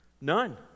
None